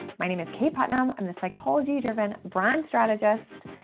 my name is kaye putnam. i'm the psychology-driven brand strategist.